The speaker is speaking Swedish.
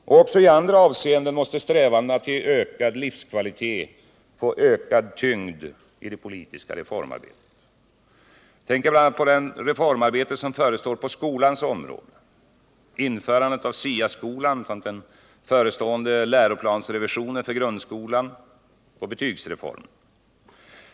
Också i andra avseenden måste strävandena att ge ökad livskvalitet få ökad tyngd i det politiska reformarbetet. Jag tänker här bl.a. på det reformarbete som förestår på skolans område: införandet av SIA-skolan, den förestående läroplansrevisionen för grundskolan och betygsreformen.